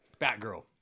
Batgirl